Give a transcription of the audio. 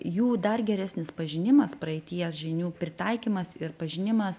jų dar geresnis pažinimas praeities žinių pritaikymas ir pažinimas